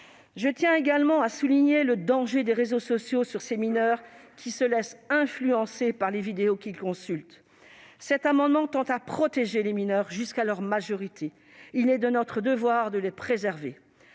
Je tiens également à souligner le danger des réseaux sociaux pour ces mineurs, qui se laissent influencer par les vidéos qu'ils consultent. Cet amendement tend à protéger les mineurs jusqu'à leur majorité. Il est de notre devoir de les préserver.